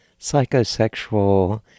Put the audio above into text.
psychosexual